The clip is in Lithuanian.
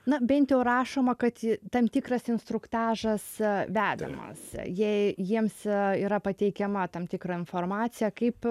na bent jau rašoma kad tam tikras instruktažas vedamas jie jiems yra pateikiama tam tikrą informaciją kaip